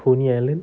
coney island